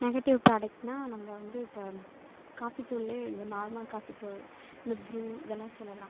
negative ப்ராடக்ட்னா நம்ம வந்து இப்போ காஃபி தூள்லே இந்த நார்மல் காஃபி தூள் இந்த ப்ரூ இதெல்லாம் சொல்லலாம்